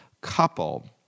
couple